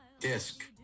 Disc